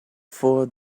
for